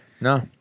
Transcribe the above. No